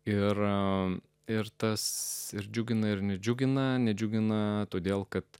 ir man ir tas ir džiugina ir nedžiugina nedžiugina todėl kad